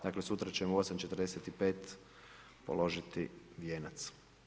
Dakle sutra ćemo u 8,45 položiti vijenac.